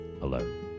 alone